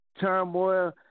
turmoil